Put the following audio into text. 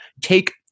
take